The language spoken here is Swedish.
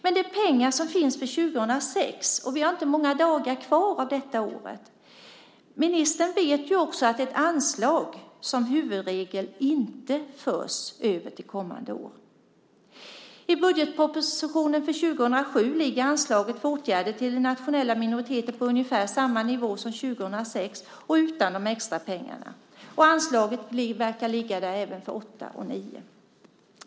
Men det finns fortfarande pengar för 2006, och vi har inte många dagar kvar av detta år. Ministern vet att ett anslag som huvudregel inte förs över till kommande år. I budgetpropositionen för 2007 ligger anslaget för åtgärder för nationella minoriteter på ungefär samma nivå som för 2006, utan de extra pengarna. Anslaget verkar ligga kvar där även för 2008 och 2009.